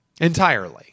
Entirely